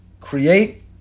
create